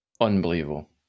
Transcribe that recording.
unbelievable